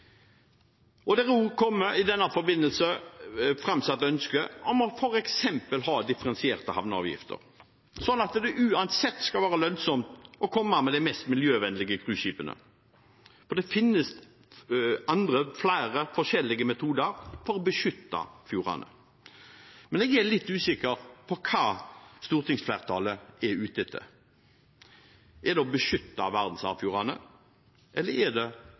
i denne forbindelse også framsatt ønske om f.eks. å ha differensierte havneavgifter, sånn at det uansett skal være lønnsomt å komme med de mest miljøvennlige cruiseskipene. Det finnes flere forskjellige metoder for å beskytte fjordene. Jeg er litt usikker på hva stortingsflertallet er ute etter – er det å beskytte verdensarvfjordene, eller er det